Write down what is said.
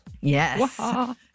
Yes